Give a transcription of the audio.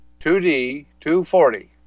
2D-240